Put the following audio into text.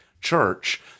Church